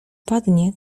padnie